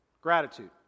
Gratitude